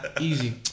Easy